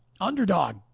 Underdog